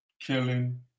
killing